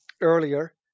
earlier